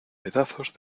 pedazos